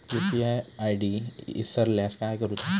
UPI ID इसरल्यास काय करुचा?